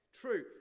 True